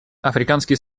африканский